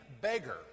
beggar